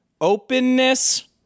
openness